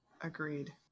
Agreed